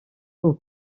aux